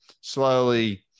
slowly